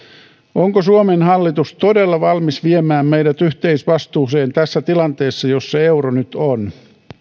onko suomen hallitus todella valmis viemään meidät yhteisvastuuseen tässä tilanteessa jossa euro nyt on